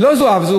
לא זו אף זו.